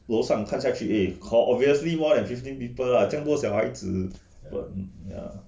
楼上看下去 eh confirm 很 obviously more than fifteen people ah 这样多小孩子 but ya